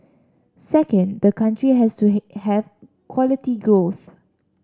second the country has to have quality growth